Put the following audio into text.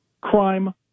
crime